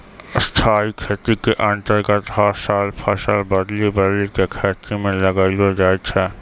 स्थाई खेती के अन्तर्गत हर साल फसल बदली बदली कॅ खेतों म लगैलो जाय छै